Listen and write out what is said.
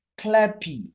clappy